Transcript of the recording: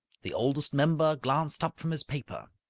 the oldest member glanced up from his paper.